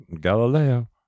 Galileo